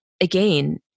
again